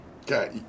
Okay